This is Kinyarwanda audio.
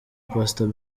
pastor